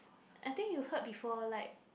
I think you heard before like